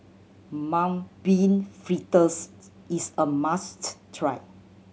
Mung Bean Fritters is a must try